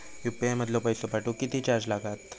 UPI मधलो पैसो पाठवुक किती चार्ज लागात?